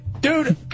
dude